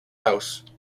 house